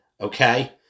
Okay